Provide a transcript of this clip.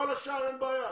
עם כל השאר אין בעיה.